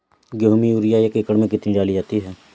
गेहूँ में यूरिया एक एकड़ में कितनी डाली जाती है?